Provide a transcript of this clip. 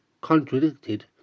contradicted